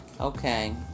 Okay